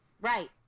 Right